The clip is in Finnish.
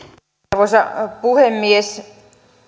arvoisa puhemies